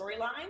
storyline